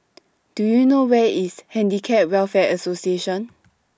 Do YOU know Where IS Handicap Welfare Association